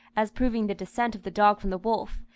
as proving the descent of the dog from the wolf,